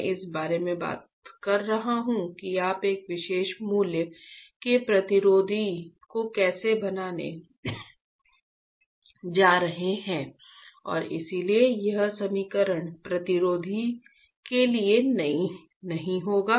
मैं इस बारे में बात कर रहा हूं कि आप एक विशेष मूल्य के प्रतिरोधी को कैसे बनाने जा रहे हैं और इसलिए यह समीकरण प्रतिरोधी के लिए नहीं होगा